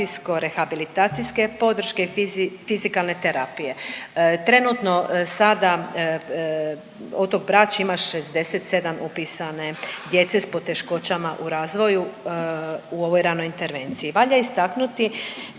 edukacijsko-rehabilitacijske podrške i fizikalne terapije. Trenutno sada otok Brač ima 67 upisane djece s poteškoćama u razvoju u ovoj ranoj intervenciji. Valja istaknuti